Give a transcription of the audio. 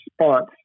response